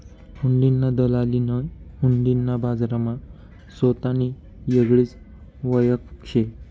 हुंडीना दलालनी हुंडी ना बजारमा सोतानी येगळीच वयख शे